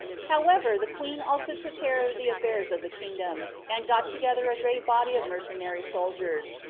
however, the queen also took care of the affairs of the kingdom, and got together a great body of mercenary soldiers,